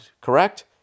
correct